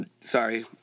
Sorry